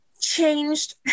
changed